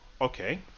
Okay